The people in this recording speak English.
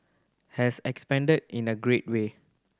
has expanded in a great way